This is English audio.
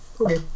okay